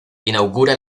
inaugura